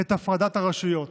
את הפרדת הרשויות,